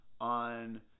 on